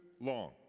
long